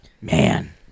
Man